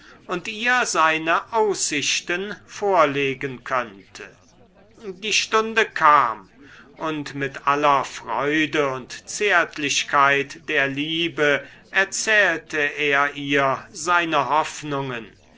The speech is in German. und ihr seine aussichten vorlegen könnte die stunde kam und mit aller freude und zärtlichkeit der liebe erzählte er ihr seine hoffnungen